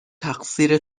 تقصیر